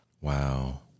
Wow